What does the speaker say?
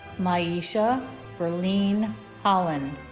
my'eshai verlean holland